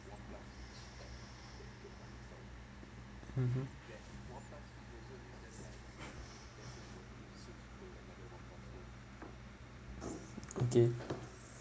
mmhmm okay